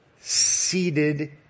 seated